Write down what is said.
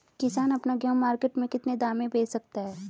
किसान अपना गेहूँ मार्केट में कितने दाम में बेच सकता है?